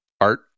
art